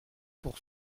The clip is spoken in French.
pour